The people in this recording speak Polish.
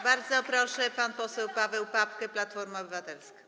Bardzo proszę, pan poseł Paweł Papke, Platforma Obywatelska.